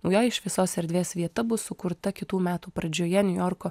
naujoji šviesos erdvės vieta bus sukurta kitų metų pradžioje niujorko